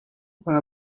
what